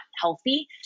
healthy